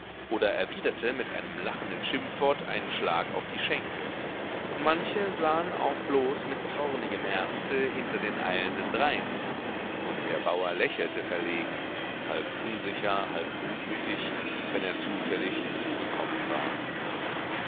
oder erwiderte mit einem lachenden schimpfwort einen schlag auf die schenkel manche sah auch bloß mit zornigem ernste hinter den eilenden drein und der bauer lächelte verlegen halb unsicher halb gutmütig wenn er zufällig hinzugekommen war